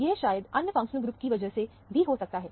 यह शायद अन्य फंक्शनल ग्रुप की वजह से भी हो सकता है